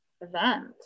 event